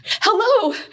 hello